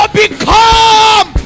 become